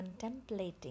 contemplating